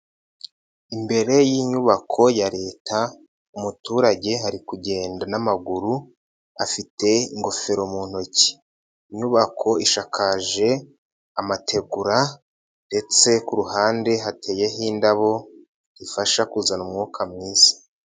Imbere y'inyubako ya Leta umuturage ari kugenda n'amaguru afite ingofero mu ntoki, inyubako isakaje amategura ndetse ku ruhande hateyeho indabo zifasha kuzana umwuka mwiza.